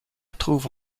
trouve